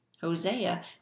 Hosea